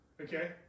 Okay